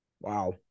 Wow